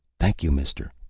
thank you, mister,